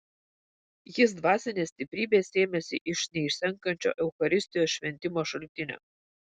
jis dvasinės stiprybės sėmėsi iš neišsenkančio eucharistijos šventimo šaltinio